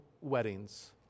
weddings